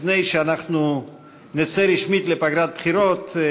לפני שאנחנו נצא רשמית לפגרת בחירות,